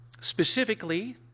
specifically